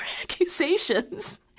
accusations